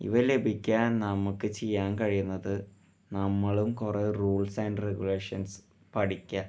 ഇവ ലഭിക്കാൻ നമുക്ക് ചെയ്യാൻ കഴിയുന്നത് നമ്മളും കുറേ റൂൾസ് ആൻഡ് റെഗുലേഷൻസ് പഠിക്കുക